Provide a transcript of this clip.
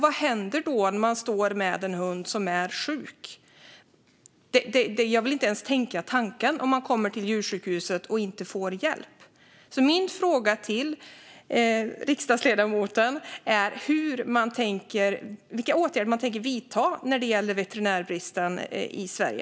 Vad händer då när man står där med en hund som är sjuk? Jag vill inte ens tänka tanken att komma till djursjukhuset och inte få hjälp. Min fråga till riksdagsledamoten är därför vilka åtgärder man tänker vidta när det gäller veterinärbristen i Sverige.